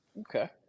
Okay